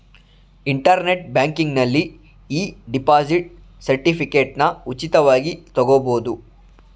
internet ಬ್ಯಾಂಕಿಂಗ್ನಲ್ಲಿ e deposit ಸರ್ಟಿಫಿಕೇಟನ್ನ ಉಚಿತವಾಗಿ ತಗೊಬೋದು